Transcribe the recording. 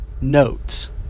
notes